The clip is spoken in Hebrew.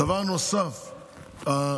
דבר נוסף,